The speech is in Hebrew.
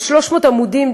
300 עמודים,